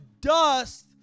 dust